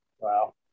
Wow